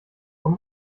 vom